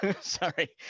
sorry